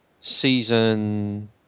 season